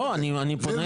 לא, אני פונה אליך.